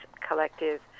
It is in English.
Collective